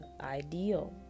ideal